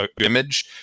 image